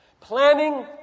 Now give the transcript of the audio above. planning